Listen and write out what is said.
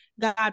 God